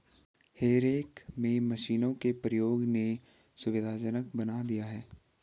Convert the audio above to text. हे रेक में मशीनों के प्रयोग ने सुविधाजनक बना दिया है